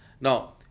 Now